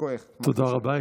תודה רבה.